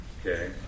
okay